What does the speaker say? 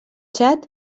txad